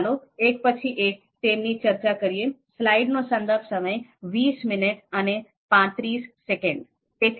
ચાલો એક પછી એક તેમની ચર્ચા કરીએ